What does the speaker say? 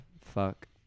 Fuck